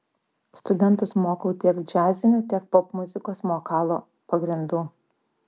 studentus mokau tiek džiazinio tiek popmuzikos vokalo pagrindų